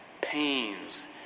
pains